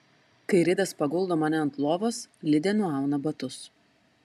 kai ridas paguldo mane ant lovos lidė nuauna batus